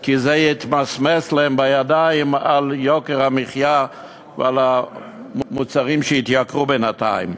כי זה יתמסמס להם בידיים בשל יוקר המחיה ועל המוצרים שיתייקרו בינתיים.